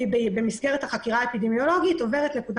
ובמסגרת החקירה האפידמוליגית עוברת נקודה